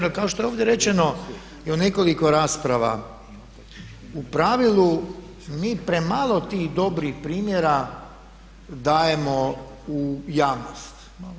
A kao što je ovdje rečeno i u nekoliko rasprava u pravilu mi premalo tih dobih primjera dajemo u javnost.